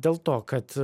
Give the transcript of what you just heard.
dėl to kad